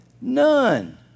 None